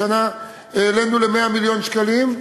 השנה העלינו ל-100 מיליון שקלים.